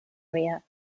area